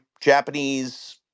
Japanese